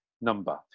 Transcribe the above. number